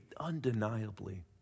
undeniably